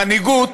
למנהיגות,